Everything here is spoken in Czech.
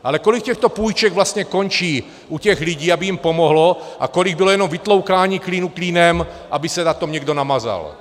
Ale kolik těchto půjček vlastně končí u těch lidí, aby jim pomohlo, a kolik bylo jenom vytloukání klínu klínem, aby se na tom někdo namazal?